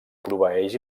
proveeix